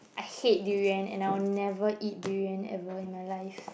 I hate durian and I will never eat durian ever in my life